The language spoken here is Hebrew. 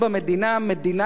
מדינת ישראל,